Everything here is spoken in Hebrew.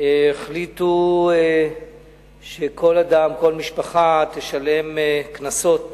שהחליטו שכל אדם, כל משפחה תשלם קנסות